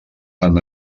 han